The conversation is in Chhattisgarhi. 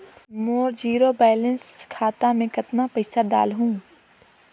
मोर जीरो बैलेंस खाता मे कतना पइसा डाल हूं?